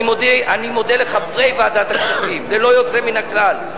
אני מודה לחברי ועדת הכספים ללא יוצא מן הכלל,